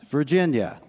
Virginia